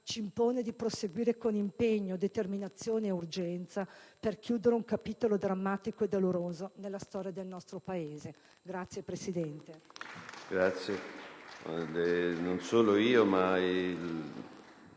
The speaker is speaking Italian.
e di proseguire con impegno, determinazione e urgenza per chiudere un capitolo drammatico e doloroso nella storia del nostro Paese. *(Applausi